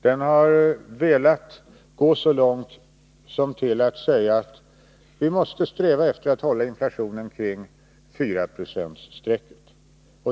Den har velat gå så långt som till att säga att vi måste sträva efter att hålla inflationen kring 4-procentsstrecket.